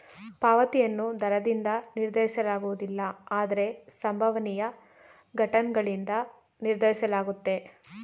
ಪಾವತಿಯನ್ನು ದರದಿಂದ ನಿರ್ಧರಿಸಲಾಗುವುದಿಲ್ಲ ಆದ್ರೆ ಸಂಭವನೀಯ ಘಟನ್ಗಳಿಂದ ನಿರ್ಧರಿಸಲಾಗುತ್ತೆ